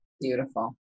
Beautiful